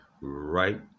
right